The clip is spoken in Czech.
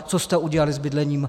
Co jste udělali s bydlením?